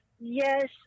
Yes